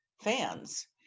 fans